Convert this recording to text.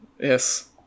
yes